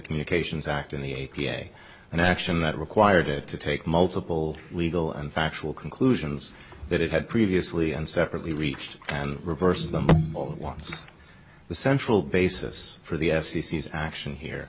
communications act in the a p a an action that required it to take multiple legal and factual conclusions that it had previously and separately reached and reversed them all once the central basis for the f c c is action here